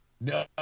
No